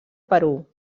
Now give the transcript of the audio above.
perú